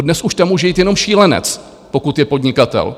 Dnes už tam může jít jenom šílenec, pokud je podnikatel.